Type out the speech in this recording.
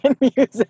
music